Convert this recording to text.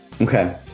Okay